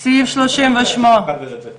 מדובר בעשרות מיליונים כל שנה, היא